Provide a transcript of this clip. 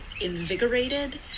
invigorated